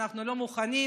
אנחנו לא מוכנים,